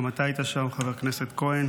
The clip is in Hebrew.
גם אתה היית שם, חבר הכנסת כהן,